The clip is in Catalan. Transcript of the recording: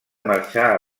marxar